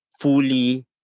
fully